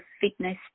fitness